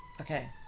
Okay